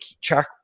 check